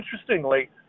interestingly